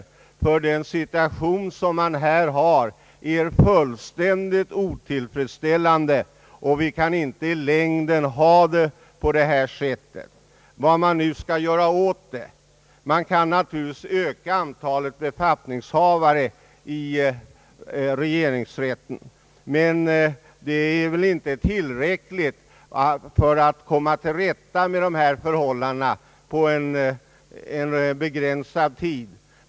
Den nuvarande situationen är fullständigt otillfredsställande, och vi kan i längden inte ha det på detta sätt. Vad skall man nu göra? Man kan naturligtvis öka antalet befattningshavare i regeringsrätten, men det är inte tillräckligt för att inom begränsad tid komma till rätta med förhållandena.